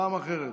פעם אחרת.